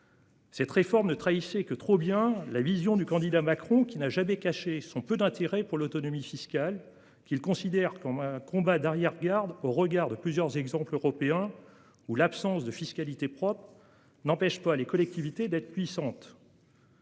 Cette réforme ne trahissez que trop bien la vision du candidat Macron qui n'a jamais caché son peu d'intérêt pour l'autonomie fiscale qu'il considère comme un combat d'arrière-garde au regard de plusieurs exemples européens ou l'absence de fiscalité propre n'empêche pas les collectivités d'être puissante.